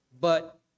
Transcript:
but